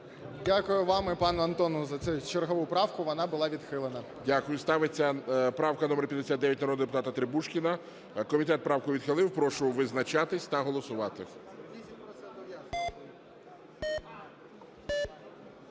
Дякую вам і пану Антону за цю чергову правку. Вона була відхилена. ГОЛОВУЮЧИЙ. Дякую. Ставиться правка номер 59 народного депутата Требушкіна. Комітет правку відхилив. Прошу визначатись та голосувати.